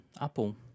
Apple